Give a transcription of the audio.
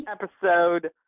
episode